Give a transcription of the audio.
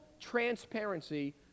transparency